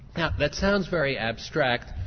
now that sounds very abstract,